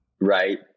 Right